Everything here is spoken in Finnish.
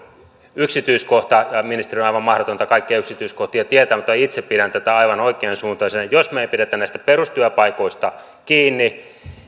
yksityiskohta ja ja ministerin on aivan mahdotonta kaikkia yksityiskohtia tietää mutta itse pidän tätä aivan oikeansuuntaisena jos me emme pidä näistä perustyöpaikoista kiinni